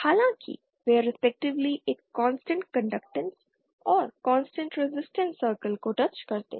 हालांकि वे रिस्पेक्टिवली एक कांस्टेंट कंडक्टैंस और कांस्टेंट रेजिस्टेंस सर्कल को टच करते हैं